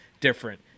different